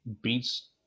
beats